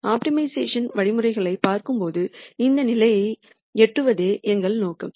optimisation வழிமுறைகளைப் பார்க்கும்போது இந்த நிலையை எட்டுவதே எங்கள் நோக்கம்